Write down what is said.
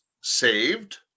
saved